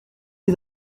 les